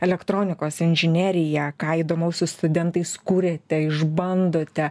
elektronikos inžinerija ką įdomaus su studentais kuriate išbandote